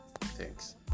Thanks